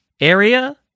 area